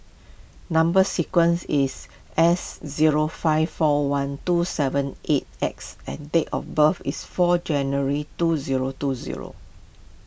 Number Sequence is S zero five four one two seven eight X and date of birth is four January two zero two zero